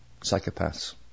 psychopaths